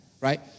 right